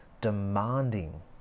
demanding